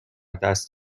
دست